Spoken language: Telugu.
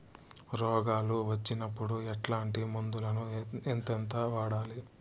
రోగాలు వచ్చినప్పుడు ఎట్లాంటి మందులను ఎంతెంత వాడాలి?